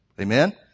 Amen